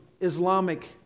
Islamic